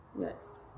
Yes